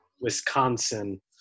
Wisconsin